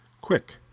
Quick